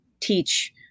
teach